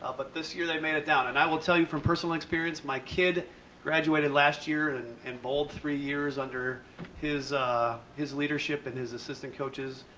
ah but this year, they made it down and i will tell you from personal experience, my kid graduated last year and and bowled three years under his his leadership and his assistant coaches,